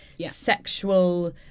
sexual